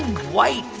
white,